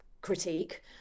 critique